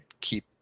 Keep